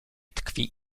tkwi